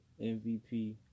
MVP